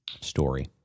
story